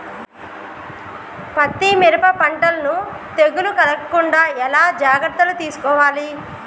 పత్తి మిరప పంటలను తెగులు కలగకుండా ఎలా జాగ్రత్తలు తీసుకోవాలి?